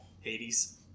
Hades